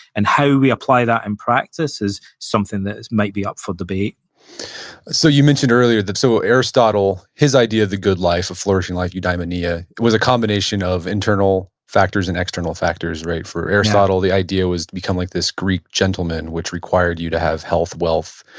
and how we apply that in practice is something that might be up for debate so, you mentioned earlier that, so, aristotle, his idea of the good life, a flourishing life, eudaemonia, it was a combination of internal factors and external factors. for aristotle, the idea was to become like this greek gentleman, which required you to have health, wealth,